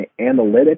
analytics